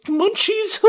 munchies